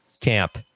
camp